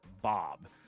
Bob